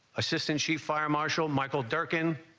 assistant chief fire marshal michael durkin